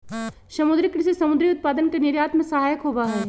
समुद्री कृषि समुद्री उत्पादन के निर्यात में सहायक होबा हई